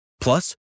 Plus